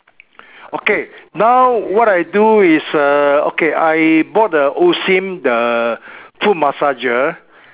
okay now what I do is err okay I bought the Osim the foot massager